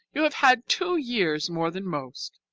you have had two years more than most